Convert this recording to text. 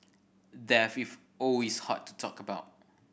death is always hard to talk about